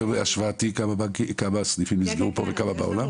השוואתי כמה סניפים נסגרו פה וכמה בעולם?